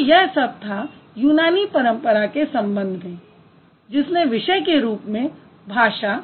तो यह सब था यूनानी परंपरा के संबंध में जिसने विषय के रूप में भाषा